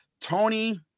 Tony